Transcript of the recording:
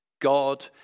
God